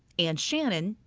anne shannon,